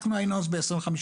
אנחנו היינו אז ב-25%.